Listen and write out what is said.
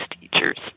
teachers